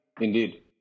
indeed